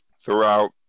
throughout